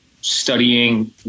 studying